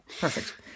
perfect